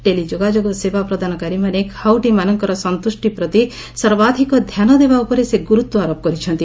ଟେଲି ଯୋଗାଯୋଗ ସେବା ପ୍ରଦାନକାରୀମାନେ ଖାଉଟିମାନଙ୍କର ସନ୍ତୁଷ୍ଟି ପ୍ରତି ସର୍ବାଧିକ ଧ୍ୟାନ ଦେବା ଉପରେ ସେ ଗୁରୁତ୍ୱ ଆରୋପ କରିଛନ୍ତି